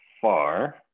far